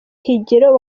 higiro